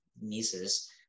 nieces